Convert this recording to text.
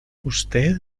usted